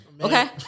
Okay